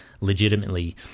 legitimately